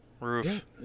Roof